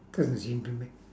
cause it seems to me